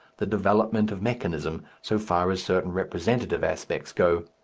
the development of mechanism, so far as certain representative aspects go.